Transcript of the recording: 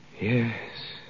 Yes